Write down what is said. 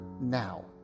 now